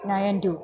nine two